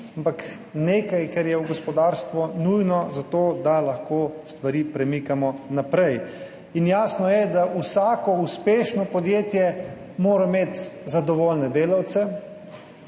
ampak nekaj, kar je v gospodarstvu nujno za to, da lahko stvari premikamo naprej. In jasno je, da vsako uspešno podjetje mora imeti zadovoljne delavce,